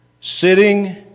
Sitting